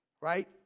right